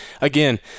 again